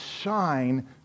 shine